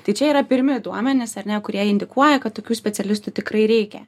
tai čia yra pirmi duomenys ar ne kurie indikuoja kad tokių specialistų tikrai reikia